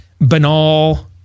banal